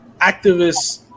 activists